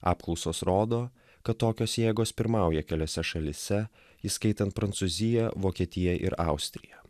apklausos rodo kad tokios jėgos pirmauja keliose šalyse įskaitant prancūziją vokietiją ir austriją